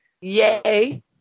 Yay